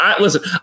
listen